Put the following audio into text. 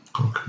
Okay